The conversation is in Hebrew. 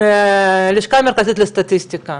הלשכה המרכזית לסטטיסטיקה,